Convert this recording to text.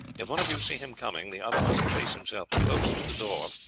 if one of you see him coming, the other must place himself close to the door,